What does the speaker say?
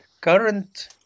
current